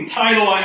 title